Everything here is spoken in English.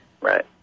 Right